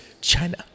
China